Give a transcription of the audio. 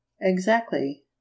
Exactly